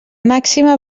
màxima